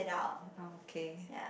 okay